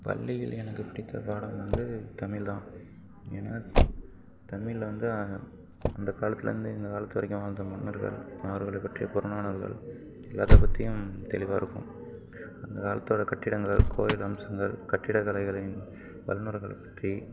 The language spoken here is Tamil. பள்ளியில் எனக்கு பிடித்த பாடம் வந்து தமிழ் தான் ஏனால் தமிழில் வந்து அந்தக்காலத்துலேருந்து இந்தக்காலத்து வரைக்கும் வாழ்ந்த மன்னர்கள் அவர்களைப்பற்றிய புறநானூறுகள் எல்லாத்தைப்பற்றியும் தெளிவாக இருக்கும் அந்தக்காலத்தோடய கட்டிடங்கள் கோயில் அம்சங்கள் கட்டிடக்கலைகளின் வழிமுறைகள் பற்றி